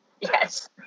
yes